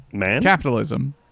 capitalism